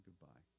goodbye